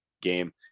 game